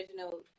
original